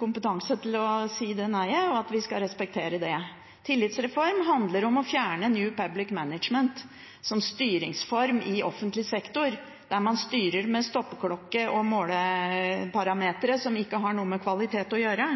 kompetanse til å si det nei-et, og at vi skal respektere det. Tillitsreform handler om å fjerne New Public Management som styringsform i offentlig sektor, der man styrer med stoppeklokke og måleparametere som ikke har noe med kvalitet å gjøre.